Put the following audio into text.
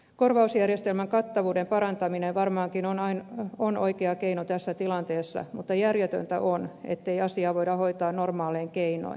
korvausjärjestelmän kattavuuden parantaminen varmaankin on oikea keino tässä tilanteessa mutta järjetöntä on ettei asiaa voida hoitaa normaalein keinoin